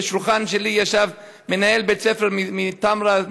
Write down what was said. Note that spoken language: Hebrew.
בשולחן שלי ישב מנהל בית-ספר מתמרה,